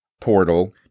portal